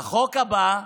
החוק הבא,